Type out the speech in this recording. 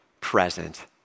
present